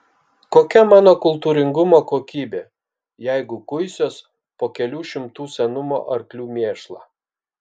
kokia mano kultūringumo kokybė jeigu kuisiuos po kelių šimtų senumo arklių mėšlą